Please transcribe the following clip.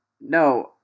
no